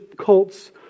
cults